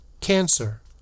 cancer